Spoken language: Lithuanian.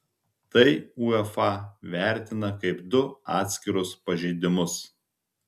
tai uefa vertina kaip du atskirus pažeidimus